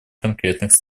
конкретных